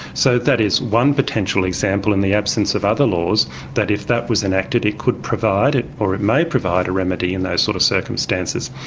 so that is one potential example in the absence of other laws that if that was enacted it could provide or it may provide a remedy in those sort of circumstances.